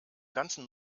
ganzen